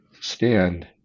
stand